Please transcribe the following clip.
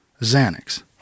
Xanax